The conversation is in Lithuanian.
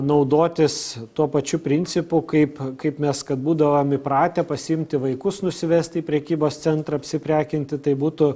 naudotis tuo pačiu principu kaip kaip mes kad būdavom įpratę pasiimti vaikus nusivesti į prekybos centrą apsiprekinti tai būtų